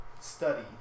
study